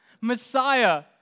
Messiah